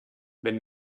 wenn